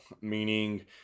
meaning